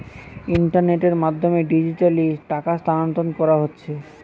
ইন্টারনেটের মাধ্যমে ডিজিটালি টাকা স্থানান্তর কোরা হচ্ছে